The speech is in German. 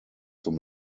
zum